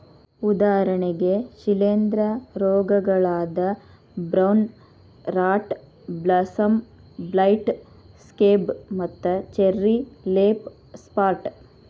ಉದಾಹರಣೆಗೆ ಶಿಲೇಂಧ್ರ ರೋಗಗಳಾದ brown rot blossom blight, scab ಮತ್ತು ಚೆರ್ರಿ ಲೇಫ್ ಸ್ಪಾಟ್